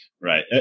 right